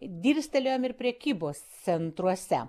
dirstelėjom ir prekybos centruose